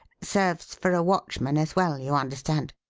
serves for a watchman as well, you understand.